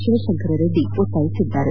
ಶಿವಶಂಕರರೆಡ್ಡಿ ಒತ್ತಾಯಿಸಿದರು